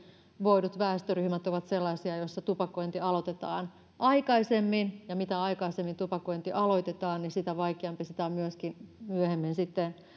voivat väestöryhmät ovat sellaisia joissa tupakointi aloitetaan aikaisemmin ja mitä aikaisemmin tupakointi aloitetaan sitä vaikeampi sitä on myöskin myöhemmin sitten